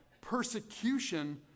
persecution